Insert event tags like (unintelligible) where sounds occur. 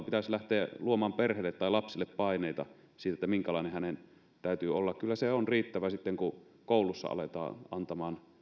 (unintelligible) pitäisi lähteä luomaan perheille tai lapsille paineita siitä minkälainen hänen täytyy olla kyllä se on riittävää sitten kun koulussa aletaan antamaan